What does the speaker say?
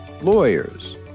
lawyers